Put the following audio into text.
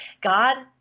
God